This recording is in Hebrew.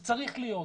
זה צריך להיות.